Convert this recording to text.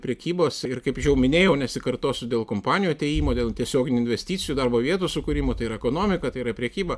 prekybos ir kaip jau minėjau nesikartosiu dėl kompanijų atėjimo dėl tiesioginių investicijų darbo vietų sukūrimo ir ekonomika tai yra prekyba